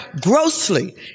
grossly